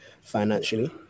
financially